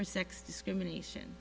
or sex discrimination